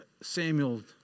Samuel